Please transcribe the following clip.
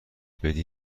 بدی